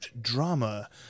drama